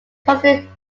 custom